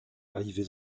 arrivé